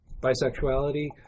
bisexuality